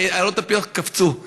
עיירות הפיתוח קפצו.